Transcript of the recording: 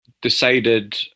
decided –